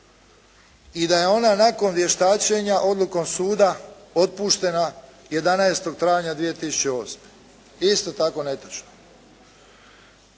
I da je ona nakon vještačenja odlukom suda otpuštena 11. travnja 2008. je isto tako netočno.